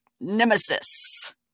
nemesis